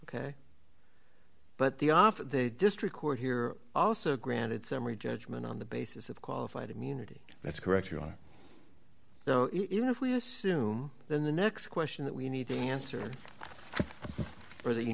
ok but the off the district court here also granted summary judgment on the basis of qualified immunity that's correct your honor even if we assume then the next question that we need to answer for that you